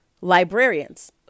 librarians